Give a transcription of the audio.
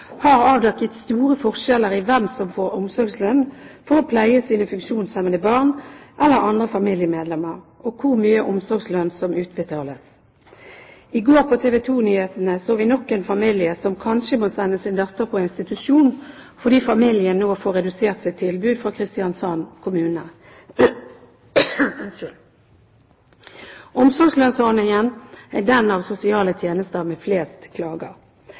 har avdekket store forskjeller i hvem som får omsorgslønn for å pleie sine funksjonshemmede barn eller andre familiemedlemmer, og hvor mye omsorgslønn som utbetales. I går, på TV 2-nyhetene, så vi nok en familie som kanskje må sende sin datter på institusjon fordi familien nå får redusert sitt tilbud fra Kristiansand kommune. Omsorgslønnsordningen er den av sosiale tjenester med flest klager.